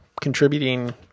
contributing